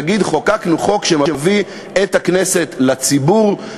נגיד: חוקקנו חוק שמביא את הכנסת לציבור,